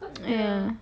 ah ya